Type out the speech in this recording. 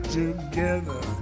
together